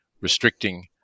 restricting